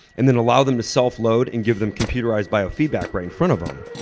and then allow them to self-load and give them computerized biofeedback right in front of them,